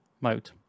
mode